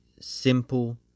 simple